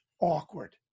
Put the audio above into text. awkward